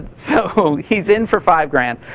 so he's in for five grand.